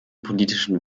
politischen